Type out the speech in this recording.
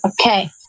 Okay